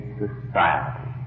society